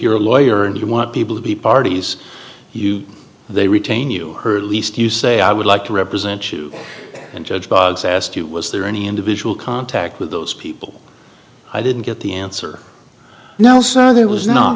you're a lawyer and you want people to be parties you they retain you heard at least you say i would like to represent you and judge boggs asked you was there any individual contact with those people i didn't get the answer now sir there was no